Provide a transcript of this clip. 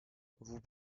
vous